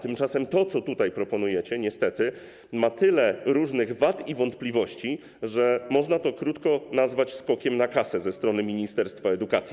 Tymczasem to, co tutaj proponujecie, niestety ma tyle różnych wad i budzi tyle wątpliwości, że można to krótko nazwać skokiem na kasę ze strony ministerstwa edukacji.